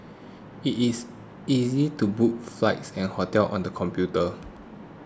it is easy to book flights and hotels on the computer